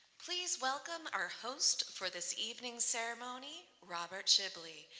please welcome our host for this evening's ceremony, robert shibley,